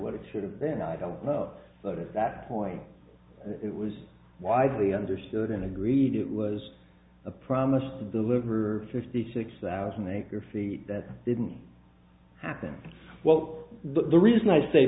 what it sort of then i don't know but at that point it was widely understood and agreed it was a promise to deliver fifty six thousand acre feet that didn't happen well but the reason i say